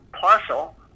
parcel